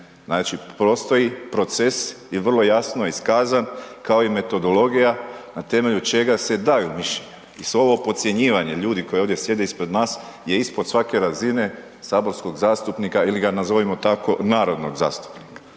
Znači postoji proces i vrlo jasno iskazan, kao i metodologija na temelju čega se daju mišljenja. I sve ovo podcjenjivanje ljudi koji ovdje sjede ispred nas je ispod svake razine saborskog zastupnika, ili ga nazovimo tako, narodnog zastupnika.